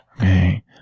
Okay